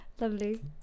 lovely